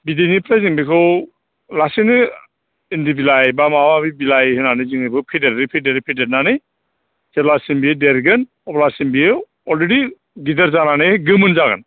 बिदैनिफ्राय जों बेखौ लासैनो इन्दि बिलाइ एबा माबा माबि बिलाइ होनानै जोङो बेखौ फेदेरै फेदेरै फेदेरनानै जेब्लासिम बे देरगोन अब्लासिम बेयो अलरेदि गिदिर जानानै गोमोन जागोन